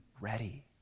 ready